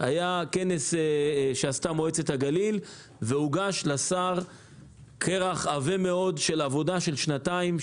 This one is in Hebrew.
היה כנס שעשתה מועצת הגליל והוגש לשר כרך עבה מאוד של עבודה של שנתיים,